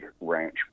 ranch